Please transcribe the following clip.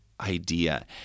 idea